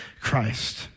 Christ